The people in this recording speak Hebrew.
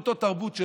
באותה תרבות,